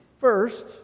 First